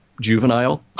Juvenile